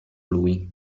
lui